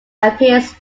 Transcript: appears